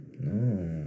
No